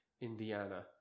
Indiana